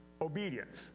obedience